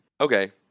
okay